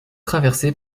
traversée